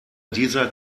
dieser